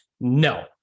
no